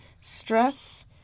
Stress